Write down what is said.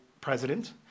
president